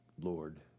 Lord